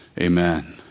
amen